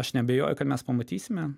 aš neabejoju kad mes pamatysime